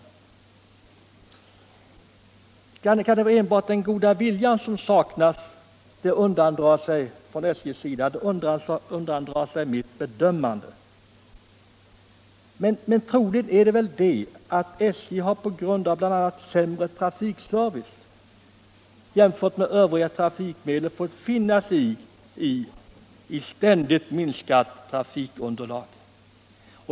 Kan det enbart vara att den goda viljan från SJ:s sida saknas? Det undandrar sig mitt bedömande. Troligen är det så att SJ, bl.a. på grund av sämre trafikservice jämfört med övriga trafikmedel, har fått finna sig i ett ständigt minskat trafikunderlag.